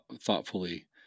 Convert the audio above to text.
thoughtfully